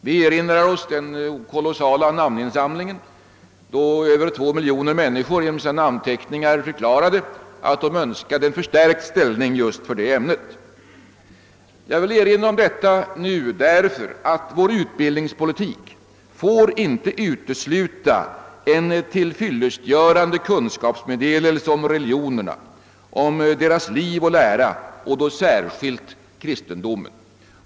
Vi minns den kolossala namninsamlingen, då över 2 miljoner människor genom sina namnteckningar förklarade att de önskade en förstärkt ställning just för det ämnet. Jag vill erinra om detta nu, därför att vår utbildningspolitik inte får utesluta en tillfyllestgörande kunskapsmeddelelse om religionerna, om deras liv och lära och då särskilt kristendomen.